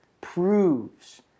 proves